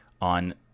on